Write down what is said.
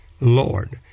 Lord